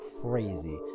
crazy